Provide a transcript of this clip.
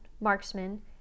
marksman